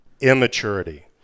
immaturity